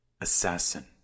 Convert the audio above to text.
assassin